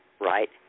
right